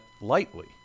lightly